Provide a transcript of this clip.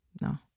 No